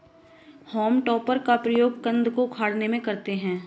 home टॉपर का प्रयोग कन्द को उखाड़ने में करते हैं